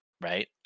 right